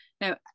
now